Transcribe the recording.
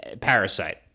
Parasite